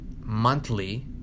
monthly